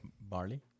barley